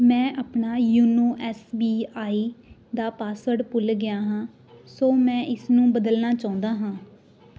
ਮੈਂ ਆਪਣਾ Yono S B I ਦਾ ਪਾਸਵਰਡ ਭੁੱਲ ਗਿਆ ਹਾਂ ਸੋ ਮੈਂ ਇਸ ਨੂੰ ਬਦਲਣਾ ਚਾਹੁੰਦਾ ਹਾਂ